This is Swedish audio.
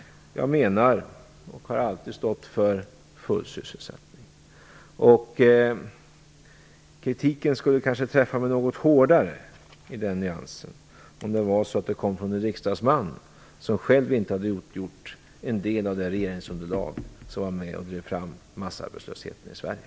Jag menar, och har alltid menat, full sysselsättning. Kritiken skulle kanske träffa mig något hårdare om den kom från en riksdagsman som själv inte hade utgjort en del av det regeringsunderlag som var med och drev fram massarbetslösheten i Sverige.